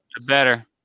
Better